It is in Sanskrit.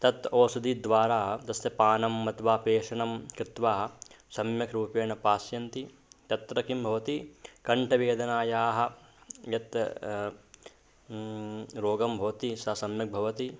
तत् ओषधिद्वारा तस्य पानम् अथवा पेषणं कृत्वा सम्यक् रूपेण पास्यन्ति तत्र किं भवति कण्ठवेदनायाः यत् रोगं भवति सा सम्यक् भवति